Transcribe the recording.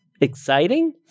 exciting